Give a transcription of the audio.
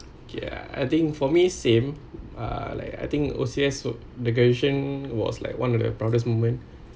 yeah I think for me same uh like I think the question was like one of the proudest moment